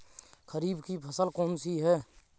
खरीफ की फसल कौन सी है?